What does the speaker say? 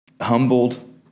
humbled